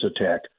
attack